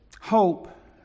hope